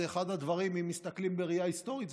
אם מסתכלים בראייה היסטורית,